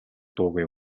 дуугүй